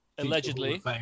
allegedly